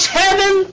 heaven